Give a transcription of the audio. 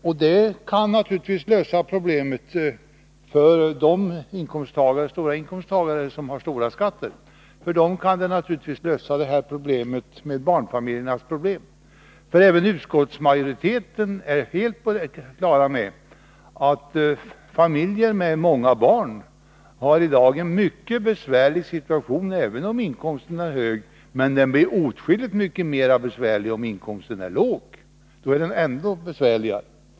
Det skulle kunna lösa barnfamiljernas problem när det gäller höginkomsttagare med stora skatter. Utskottsmajoriteten är helt på det klara med att familjer med många barn i dag har en mycket besvärlig situation, även om inkomsten är hög. Men situationen blir åtskilligt besvärligare, om inkomsten är låg.